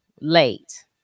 late